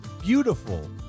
beautiful